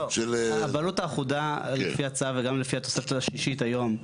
הבעלות האחודה לפי הצו וגם לפי התוספת השלישית היום,